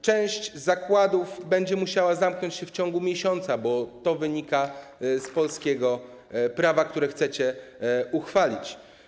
Część zakładów będzie musiała zamknąć się w ciągu miesiąca, bo to wynika z polskiego prawa, które chcecie uchwalić.